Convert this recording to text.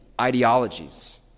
ideologies